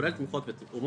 כולל תמיכות ותרומות,